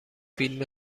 فیلم